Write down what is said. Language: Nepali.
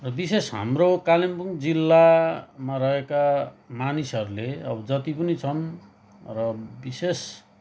र विशेष हाम्रो कालिम्पोङ जिल्लामा रहेका मानिसहरूले अब जति पनि छन् र विशेष